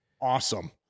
awesome